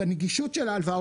הנגישות של ההלוואה,